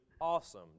awesome